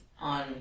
on